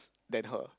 than her